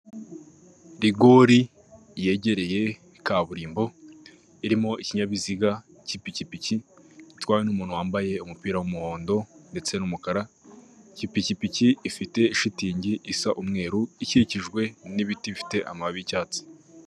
Rigori yegereye kaburimbo irimo ikinyabiziga k'pikipiki gitwawe n'umuntu wambaye umupira w'umuhondo ndetse n'umukara, ipikipiki ifite shitingi isa umweru ikikijwe n'ibiti bifite amababi y'icyatsi.